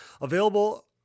Available